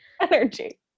Energy